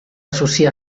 associar